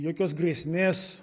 jokios grėsmės